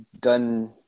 done